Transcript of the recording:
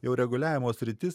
jau reguliavimo sritis